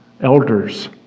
elders